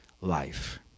life